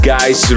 Guys